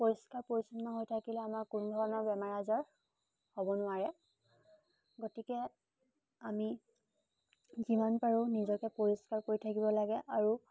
পৰিষ্কাৰ পৰিচ্ছন্ন হৈ থাকিলে আমাৰ কোনো ধৰণৰ বেমাৰ আজাৰ হ'ব নোৱাৰে গতিকে আমি যিমান পাৰোঁ নিজকে পৰিষ্কাৰ কৰি থাকিব লাগে আৰু